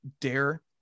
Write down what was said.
Dare